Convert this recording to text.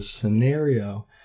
scenario